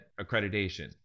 accreditation